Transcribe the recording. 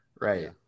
right